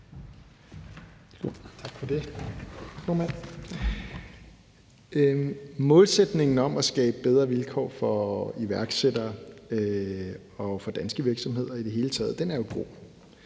Målsætningen om at skabe bedre vilkår for iværksættere og for danske virksomheder i det hele taget er jo god.